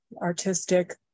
artistic